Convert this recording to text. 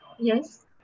Yes